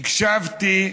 הקשבתי